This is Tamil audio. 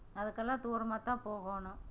அதுக்கெல்லாம் தூரமாக தான் போகணும்